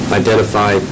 identify